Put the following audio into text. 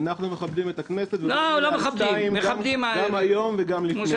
אנחנו מכבדים את הכנסת ובאים אליה על שתיים גם היום וגם לפני.